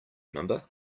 number